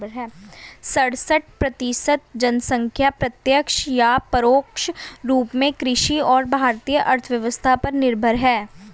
सड़सठ प्रतिसत जनसंख्या प्रत्यक्ष या परोक्ष रूप में कृषि और भारतीय अर्थव्यवस्था पर निर्भर है